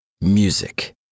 music